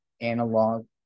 analog